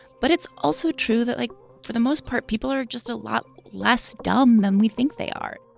but it's also true that like for the most part, people are just a lot less dumb than we think they are